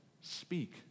speak